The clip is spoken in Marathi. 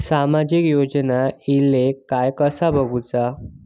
सामाजिक योजना इले काय कसा बघुचा?